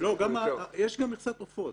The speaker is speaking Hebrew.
יש גם מכסת עופות.